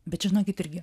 bet žinokit irgi